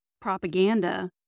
propaganda